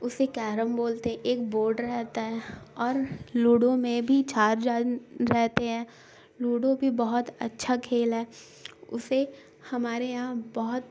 اسے کیرم بولتے ایک بورڈ رہتا ہے اور لوڈو میں بھی چار جان رہتے ہیں لوڈو بھی بہت اچھا کھیل ہے اسے ہمارے یہاں بہت